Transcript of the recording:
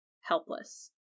helpless